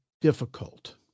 difficult